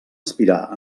aspirar